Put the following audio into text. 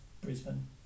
Brisbane